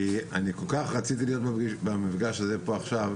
כי אני כל כך רציתי להיות במפגש הזה פה עכשיו,